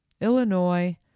Illinois